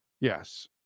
Yes